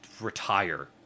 retire